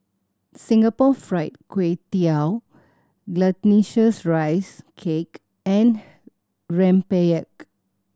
Singapore Fried Kway Tiao Glutinous Rice Cake and rempeyek